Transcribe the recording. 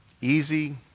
easy